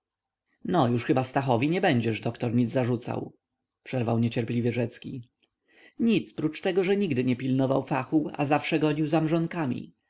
no już chyba stachowi nie będziesz doktor nic zarzucał przerwał niecierpliwie rzecki nic oprócz tego że nigdy nie pilnował fachu a zawsze gonił